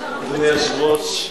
אדוני היושב-ראש,